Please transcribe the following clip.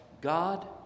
God